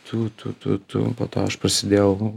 tu tu tu po to aš prasėdėjau